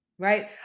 right